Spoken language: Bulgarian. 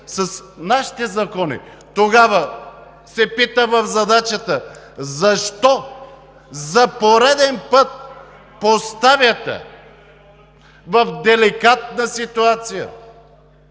от нашите закони. Тогава се пита в задачата: защо за пореден път поставяте в деликатна ситуация